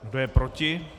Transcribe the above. Kdo je proti?